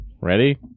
Ready